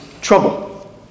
trouble